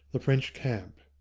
the french camp.